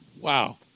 Wow